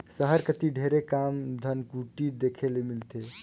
सहर कती ढेरे कम धनकुट्टी देखे ले मिलथे